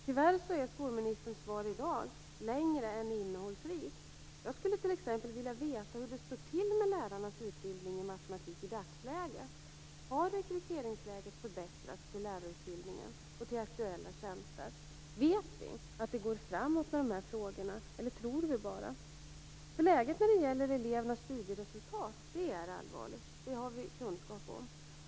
Tyvärr är skolministerns svar i dag mer långt än innehållsrikt. Jag skulle t.ex. vilja veta hur det står till med lärarnas utbildning i matematik i dagsläget. Har läget förbättrats när det gäller rekrytering till lärarutbildningen och till aktuella tjänster? Vet vi att det går framåt med de här frågorna, eller tror vi bara? Att läget när det gäller elevernas studieresultat är allvarligt har vi kunskap om.